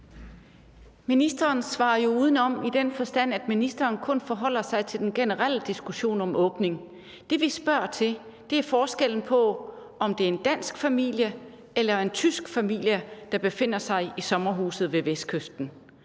Ministeren svarer jo udenom, i den forstand at ministeren kun forholder sig til den generelle diskussion om åbning. Det, vi spørger til, er forskellen på, at det er en dansk familie og en tysk familie, der befinder sig i sommerhuset ved Vestkysten.